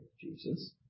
Jesus